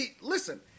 Listen